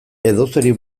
edozeri